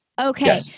Okay